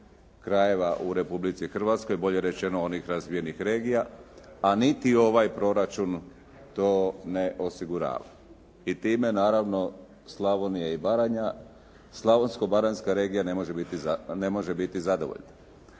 krajeva u Republici Hrvatskoj, bolje rečeno onih razvijenih regija, a niti ovaj proračun to ne osigurava. I time naravno Slavonija i Baranja, slavonsko-baranjska regija ne može biti zadovoljna.